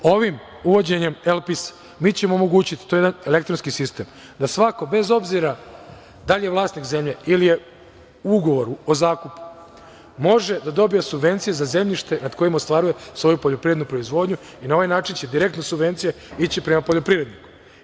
Ovim uvođenjem „Elpis“ mi ćemo omogućiti, to je elektronski sistem, da svako bez obzira da li je vlasnik zemlje ili u ugovoru o zakupu može da dobije subvencije za zemljište nad kojim ostvaruje svoju poljoprivrednu proizvodnju i na ovaj način će direktne subvencije ići prema poljoprivredi.